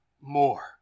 more